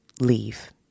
leave